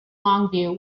longview